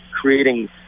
creating